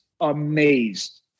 amazed